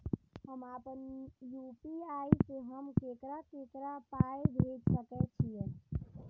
हम आपन यू.पी.आई से हम ककरा ककरा पाय भेज सकै छीयै?